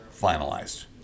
finalized